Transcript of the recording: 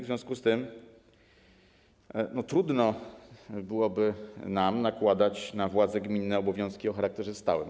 W związku z tym trudno byłoby nam nakładać na władze gminne obowiązki o charakterze stałym.